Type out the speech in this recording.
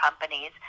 companies